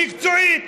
מקצועית,